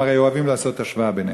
הרי אתם אוהבים לעשות השוואה ביניהם.